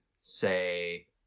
say